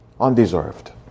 undeserved